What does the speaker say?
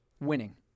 winning